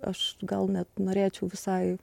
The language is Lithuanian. aš gal net norėčiau visai